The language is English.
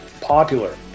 popular